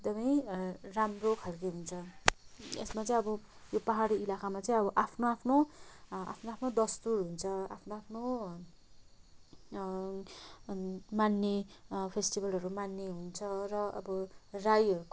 एकदमै र राम्रो खालको हुन्छ यसमा चाहिँ अब यो पहाडी इलाकामा चाहिँ अब आफ्नो आफ्नो आफ्नो आफ्नो दस्तुर हुन्छ आफ्नो आफ्नो मान्ने फेस्टिभलहरू मान्ने हुन्छ र अब राईहरूको